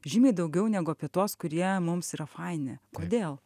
žymiai daugiau negu apie tuos kurie mums yra faini kodėl